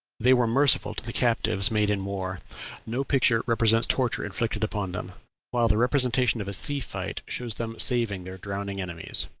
they were merciful to the captives made in war no picture represents torture inflicted upon them while the representation of a sea-fight shows them saving their drowning enemies.